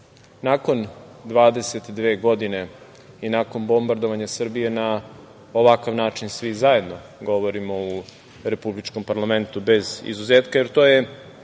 nakon 22 godine i nakon bombardovanja Srbije na ovakav način svi zajedno govorimo u republičkom parlamentu bez izuzetka, jer to je